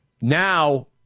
Now